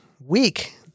week